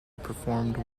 performed